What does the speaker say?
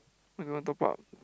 why don't want top up